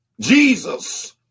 jesus